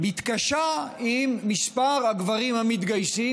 מתקשה עם מספר הגברים המתגייסים,